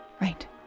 Right